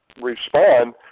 respond